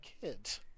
kids